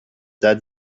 that